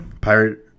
Pirate